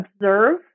observe